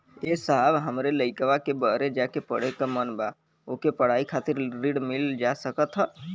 ए साहब हमरे लईकवा के बहरे जाके पढ़े क मन बा ओके पढ़ाई करे खातिर ऋण मिल जा सकत ह?